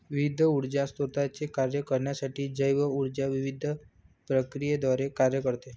विविध ऊर्जा स्त्रोतांचे कार्य करण्यासाठी जैव ऊर्जा विविध प्रक्रियांद्वारे कार्य करते